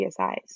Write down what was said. CSIs